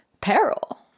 peril